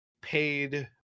paid